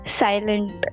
silent